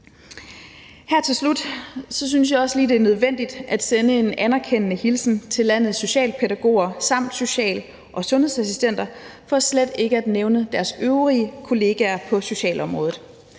Her til slut synes jeg også lige, det er nødvendigt at sende en anerkendende hilsen til landets socialpædagoger samt social- og sundhedsassistenter, for slet ikke at nævne deres øvrige kollegaer på socialområdet.